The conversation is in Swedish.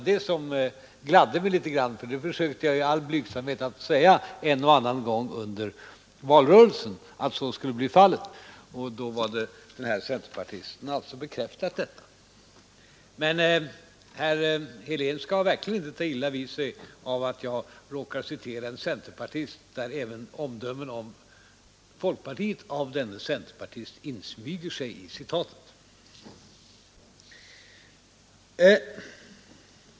Det gladde mig litet grand, för under valrörelsen försökte jag en och annan gång i all blygsamhet att säga att så skulle bli fallet. Denne centerpartist har alltså bekräftat detta. Herr Helén skall verkligen inte ta illa vid sig av att jag citerar en centerpartist, vars omdömen om folkpartiet även råkat insmyga sig i citatet.